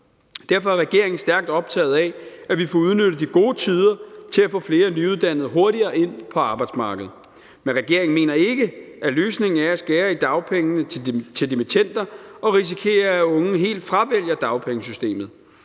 derfor er regeringen stærkt optaget af, at vi får udnyttet de gode tider til at få flere nyuddannede hurtigere ind på arbejdsmarkedet. Men regeringen mener ikke, at løsningen er at skære i dagpengene til dimittender og risikere, at unge helt fravælger dagpengesystemet.